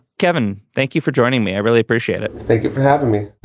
kevin, thank you for joining me. i really appreciate it. thank you for having me